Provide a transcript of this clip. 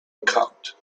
account